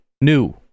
new